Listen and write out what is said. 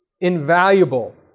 invaluable